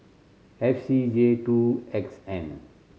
F C J two X N